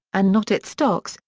and not its stocks,